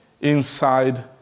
inside